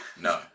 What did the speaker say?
No